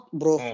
bro